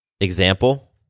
example